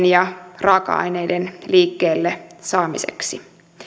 ja raaka aineiden liikkeelle saamiseksi